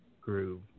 Groove